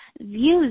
views